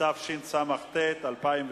(מסירת הודעה לנער עובד), התשס"ט 2009,